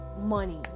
money